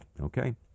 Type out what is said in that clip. Okay